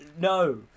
No